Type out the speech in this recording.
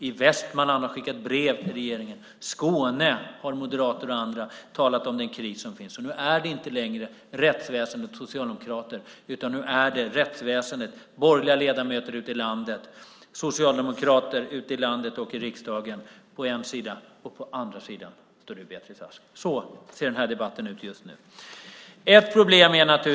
I Västmanland har man skickat brev till regeringen. I Skåne har moderater och andra talat om den kris som finns. Nu är det inte längre fråga om rättsväsendets socialdemokrater, utan nu står rättsväsendets borgerliga ledamöter ute i landet samt socialdemokrater ute i landet och i riksdagen på den ena sidan. På den andra står du, Beatrice Ask. Så ser det just nu ut i den här debatten.